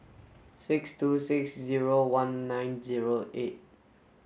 six two six zero one nine zero eight